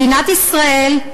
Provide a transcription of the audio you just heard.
מדינת ישראל,